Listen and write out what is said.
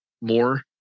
more